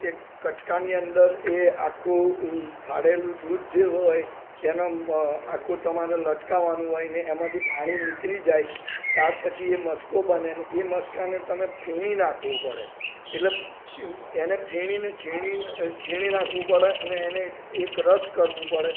એક કટકાની અંદર એ આખું ફાડેલું દૂધ જે હોય તેના આખો તમારે લટકાવવાનું હોય ને એમાંથી પાણી નીતરી જાય ત્યાર પછી એ મસ્કો બને ને એ મસ્કાને તમે ફીણી નાખવું પડે એટલે એને ફીણીને છીણી છીણી નાખવું પડે અને એને એકરસ કરવું પડે